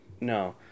No